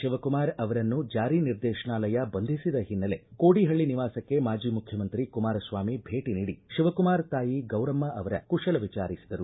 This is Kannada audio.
ತಿವಕುಮಾರ್ ಅವರನ್ನು ಜಾರಿ ನಿರ್ದೇಶನಾಲಯ ಬಂಧಿಸಿದ ಹಿನ್ನೆಲೆ ಕೋಡಿಹಳ್ಳ ನಿವಾಸಕ್ಕೆ ಮಾಜಿ ಮುಖ್ಯಮಂತ್ರಿ ಕುಮಾರಸ್ವಾಮಿ ಭೇಟಿ ನೀಡಿ ಶಿವಕುಮಾರ್ ತಾಯಿ ಗೌರಮ್ಮ ಅವರ ಕುಶಲ ವಿಚಾರಿಸಿದರು